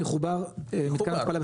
יחובר מתקן התפלה בסבחה,